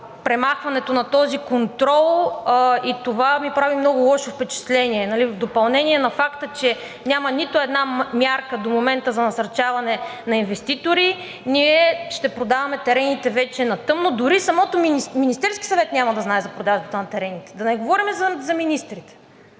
премахването на контрола, и това ми прави много лошо впечатление. В допълнение на факта, че няма нито една мярка до момента за насърчаване на инвеститори, ние ще продаваме терените вече на тъмно, дори Министерският съвет няма да знае за продажбата на терените, да не говорим за министрите.